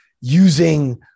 using